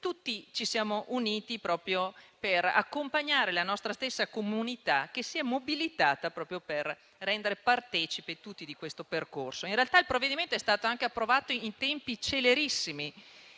Tutti ci siamo uniti per accompagnare la nostra stessa comunità che si è mobilitata per rendere tutti partecipi di questo percorso. In realtà, il provvedimento è stato anche approvato in tempi celerissimi: